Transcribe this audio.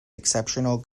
exceptional